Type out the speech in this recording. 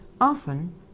Often